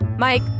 Mike